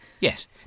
Yes